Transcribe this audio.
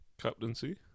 captaincy